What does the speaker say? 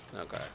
Okay